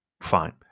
Fine